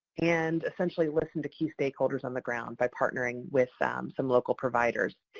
and essentially listen to key stakeholders on the ground by partnering with some local providers.